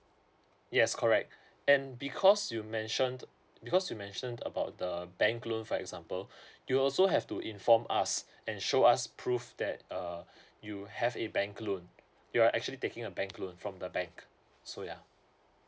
yes correct and because you mentioned because you mentioned about the bank loan for example you also have to inform us and show us proof that err you have a bank loan you're actually taking a bank loan from the bank so yeah